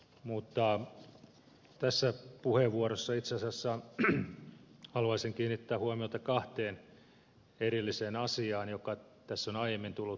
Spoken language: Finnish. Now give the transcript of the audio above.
mutta tässä puheenvuorossa itse asiassa haluaisin kiinnittää huomiota kahteen erilliseen asiaan jotka tässä ovat aiemmin tulleet esille